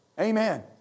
Amen